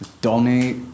Donate